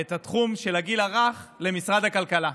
את התחום של הגיל הרך למשרד הכלכלה.